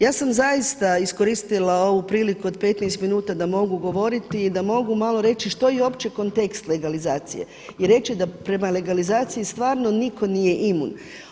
Ja sam zaista iskoristila ovu priliku od 15 minuta da mogu govoriti i da mogu malo reći što je opći kontekst legalizacije i reći da prema legalizaciji stvarno nitko nije imun.